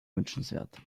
wünschenswert